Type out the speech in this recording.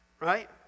Right